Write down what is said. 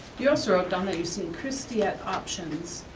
you also wrote down that you've seen christy at options,